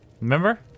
Remember